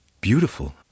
beautiful